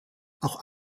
auch